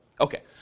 Okay